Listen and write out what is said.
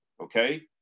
okay